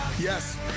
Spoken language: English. Yes